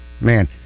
Man